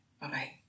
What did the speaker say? Bye-bye